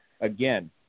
again